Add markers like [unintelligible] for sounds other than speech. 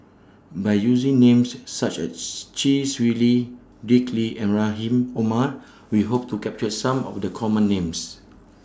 By using Names such as [unintelligible] Chee Swee Lee Dick Lee and Rahim Omar We Hope to capture Some of The Common Names